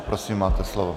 Prosím, máte slovo.